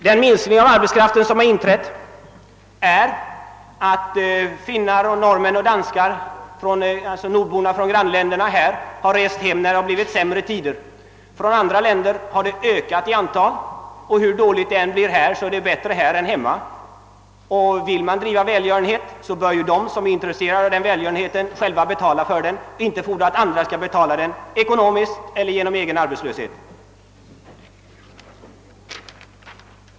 Den minskning av arbetskraften som inträtt förklaras av att finnar, norrmän och danskar har rest hem när det blivit sämre tider. Från andra länder har importen av arbetskraft ökat. Hur dåligt det än är i Sverige, är det ändå bättre än i deras hemländer. Vill man driva välgörenhet bör de som är intresserade av denna själva betala för den och inte fordra att andra skall göra det ekonomiskt eller genom egen arbetslöshet.